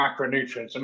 macronutrients